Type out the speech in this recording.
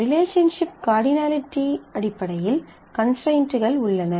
ரிலேஷன்ஷிப்பின் cardinality அடிப்படையில் constraints உள்ளன